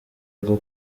rwo